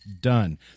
Done